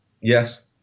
Yes